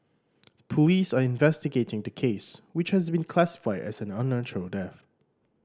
police are investigating the case which has been classified as an unnatural death